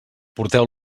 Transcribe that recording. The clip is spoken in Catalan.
porteu